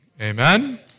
Amen